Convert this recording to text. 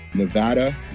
Nevada